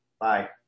Bye